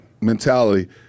mentality –